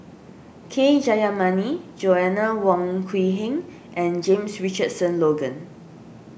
K Jayamani Joanna Wong Quee Heng and James Richardson Logan